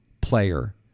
player